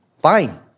Fine